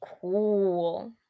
cool